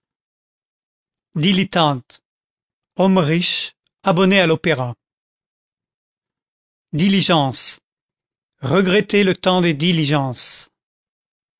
dilettante homme riche abonné à l'opéra diligences regretter le temps des diligences